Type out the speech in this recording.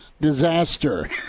disaster